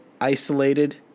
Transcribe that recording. isolated